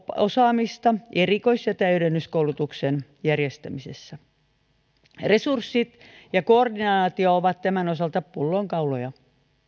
osaamista erikois ja täydennyskoulutuksen järjestämisessä resurssit ja koordinaatio ovat tämän osalta pullonkauloja